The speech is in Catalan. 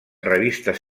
revistes